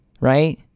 right